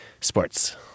sports